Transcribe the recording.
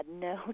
no